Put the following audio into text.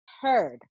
heard